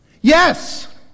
Yes